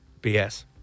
BS